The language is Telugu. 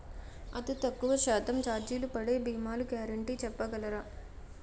అతి తక్కువ శాతం ఛార్జీలు పడే భీమాలు గ్యారంటీ చెప్పగలరా?